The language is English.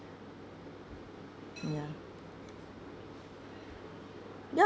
ya ya